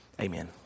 Amen